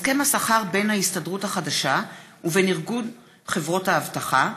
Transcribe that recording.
בירן בנושא: הסכם השכר בין ההסתדרות החדשה ובין ארגון חברות האבטחה.